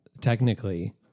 Technically